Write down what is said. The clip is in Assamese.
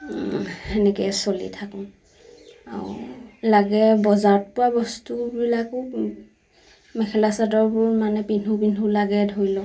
সেনেকে চলি থাকোঁ আৰু লাগে বজাৰত পোৱা বস্তুবিলাকো মেখেলা চাদৰবোৰ মানে পিন্ধো পিন্ধো লাগে ধৰি লওঁক